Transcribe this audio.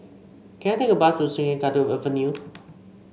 can I take a bus to Sungei Kadut Avenue